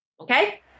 Okay